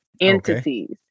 entities